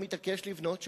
איך אתה מתעקש לבנות שם?